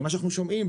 ממה שאנחנו שומעים,